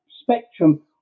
spectrum